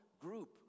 group